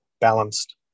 balanced